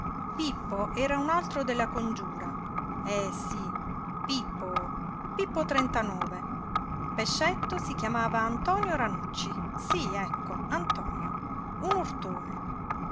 pippo era un altro della congiura eh sí pippo pippo trentanove pescetto si chiamava antonio ranucci sí ecco antonio un urtone